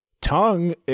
Tongue